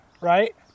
right